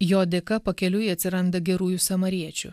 jo dėka pakeliui atsiranda gerųjų samariečių